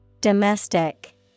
domestic